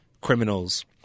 criminals